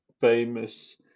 famous